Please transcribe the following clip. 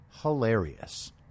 hilarious